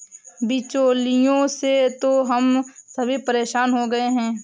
बिचौलियों से तो हम सभी परेशान हो गए हैं